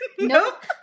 Nope